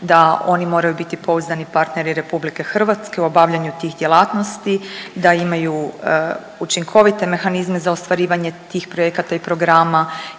da oni moraju biti pouzdani partneri RH u obavljanju tih djelatnosti, da imaju učinkovite mehanizme za ostvarivanje tih projekata i programa